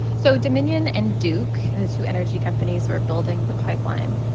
so dominion and duke, two energy companies were building the pipeline,